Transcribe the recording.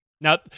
Now